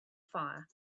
fire